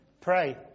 pray